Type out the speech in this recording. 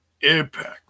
Impact